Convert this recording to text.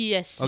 Yes